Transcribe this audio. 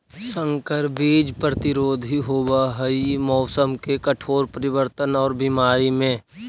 संकर बीज प्रतिरोधी होव हई मौसम के कठोर परिवर्तन और बीमारी में